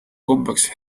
kombeks